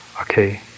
okay